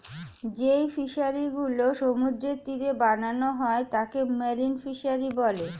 যেই ফিশারি গুলো সমুদ্রের তীরে বানানো হয় তাকে মেরিন ফিসারী বলে